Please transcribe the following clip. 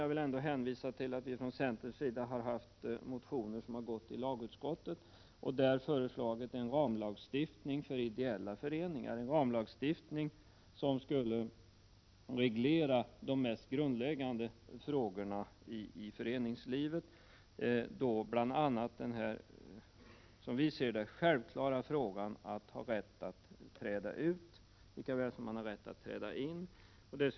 Jag vill ändå hänvisa till att vi från centerns sida väckt motioner som gått till lagutskottet, och i dessa motioner har vi föreslagit en ramlagstiftning för ideella föreningar som skulle reglera de mest grundläggande frågorna i föreningslivet. Det gäller bl.a. att man skall ha den, som vi ser det, självklara rätten att träda ut ur en förening — lika väl som man har rätt att träda in i den.